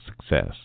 success